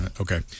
okay